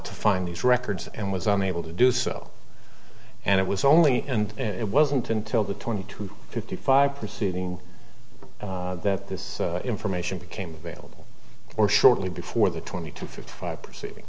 to find these records and was on the able to do so and it was only and it wasn't until the twenty two fifty five proceeding that this information became available or shortly before the twenty two fifty five proceeding